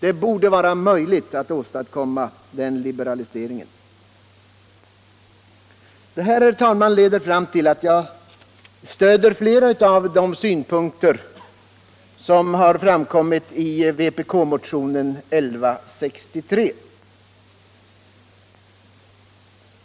Det borde vara möjligt att åstadkomma den liberaliseringen. Detta, herr talman, leder fram till att jag stöder flertalet av de synpunkter som har framförts i vpk-motionen 1163.